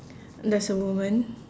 there's a woman